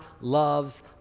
loves